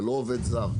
זה לא עובד זר.